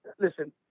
Listen